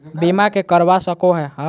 बीमा के करवा सको है?